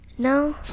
No